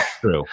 true